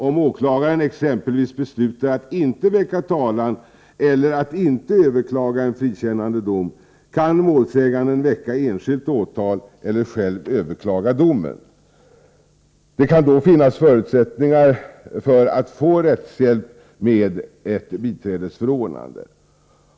Om åklagaren exempelvis beslutar att inte väcka talan eller att inte överklaga en frikännande dom, kan målsäganden väcka enskilt åtal eller själv överklaga domen. Det kan då finnas förutsättningar för att få rättshjälp med ett biträdesförordnande.